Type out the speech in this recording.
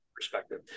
perspective